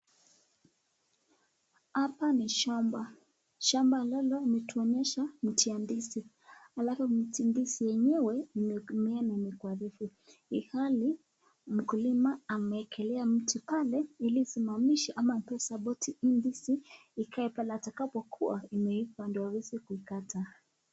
Hapa ni shamba. Shamba lile inatuonyesha mti ya ndizi. Alafu mti ndizi lenyewe imeenea kwa urefu ilhali mkulima amewekelea mti pale ili isimamishe ama atoe sapoti hii ndizi ikae pale atakapokuwa imeiva ndio aiweze kuikata.